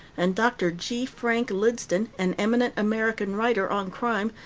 and dr. g. frank lydston, an eminent american writer on crime,